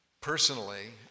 Personally